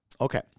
Okay